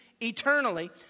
eternally